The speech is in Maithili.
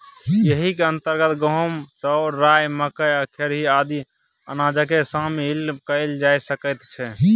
एहिक अंतर्गत गहूम, चाउर, राई, मकई आ खेरही आदि अनाजकेँ शामिल कएल जा सकैत छै